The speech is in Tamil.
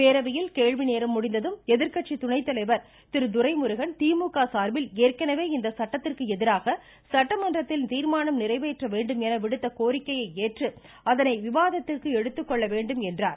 பேரவையில கேள்வி நேரம் முடிந்ததும் எதிர்கட்சி துணை தலைவர் திரு துரைமுருகன் திமுக சார்பில் ஏற்கனவே இந்த சட்டத்திற்கு எதிராக சட்ட மன்றத்தில் தீர்மானம் நிறைவேற்ற வேண்டும் என விடுத்த கோரிக்கையை ஏற்று அதனை விவாதத்திற்கு எடுத்துக்கொள்ள வேண்டும் என்றார்